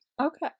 Okay